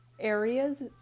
areas